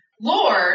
Lord